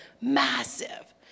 massive